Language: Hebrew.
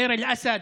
בדיר אל-אסד,